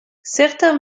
certains